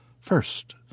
First